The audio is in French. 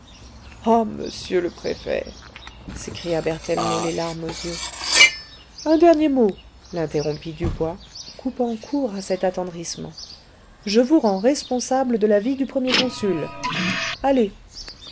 ah monsieur le préfet s'écria berthellemot les larmes aux yeux un dernier mot l'interrompit dubois coupant court à cet attendrissement je vous rends responsable de la vie du premier consul allez